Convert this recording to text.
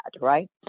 Right